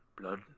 Blood